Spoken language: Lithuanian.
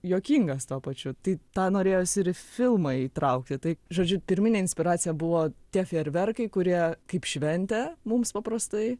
juokingas tuo pačiu tai tą norėjosi ir į filmą įtraukti tai žodžiu pirminė inspiracija buvo tie fejerverkai kurie kaip šventė mums paprastai